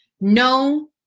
No